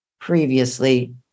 previously